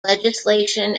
legislation